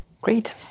Great